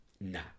nah